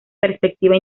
perspectiva